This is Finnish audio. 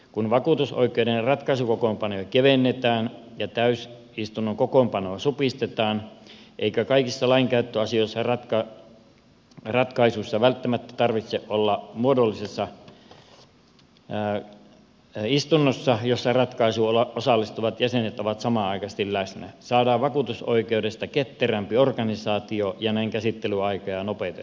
kun vakuutusoikeuden ratkaisukokoonpanoja kevennetään ja täysistunnon kokoonpanoa supistetaan eikä kaikissa lainkäyttöasioissa ratkaisuissa välttämättä tarvitse olla muodollisessa istunnossa jossa ratkaisuun osallistuvat jäsenet ovat samanaikaisesti läsnä saadaan vaikutusoikeudesta ketterämpi organisaatio ja näin käsittelyaikoja nopeutettua